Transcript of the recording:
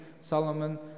Solomon